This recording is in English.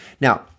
Now